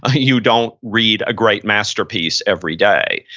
ah you don't read a great masterpiece every day.